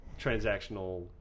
transactional